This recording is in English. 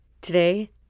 Today